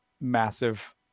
massive